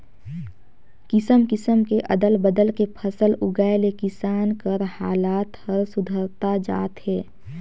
किसम किसम के अदल बदल के फसल उगाए ले किसान कर हालात हर सुधरता जात हे